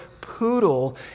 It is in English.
poodle